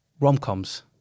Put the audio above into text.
Rom-coms